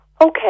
Okay